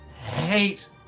hate